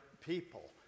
people